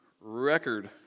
record